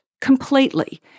completely